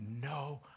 No